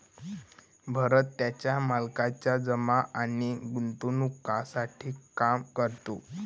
भरत त्याच्या मालकाच्या जमा आणि गुंतवणूकीसाठी काम करतो